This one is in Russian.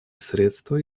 средство